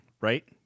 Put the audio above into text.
Right